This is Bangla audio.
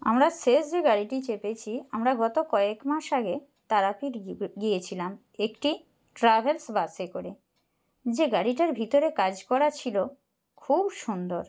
আমরা শেষ যে গাড়িটি চেপেছি আমরা গত কয়েক মাস আগে তারাপীঠ গিয়েছিলাম একটি ট্রাভেলস বাসে করে যে গাড়িটার ভিতরে কাজ করা ছিলো খুব সুন্দর